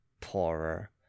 Poorer